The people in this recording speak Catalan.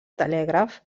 telègraf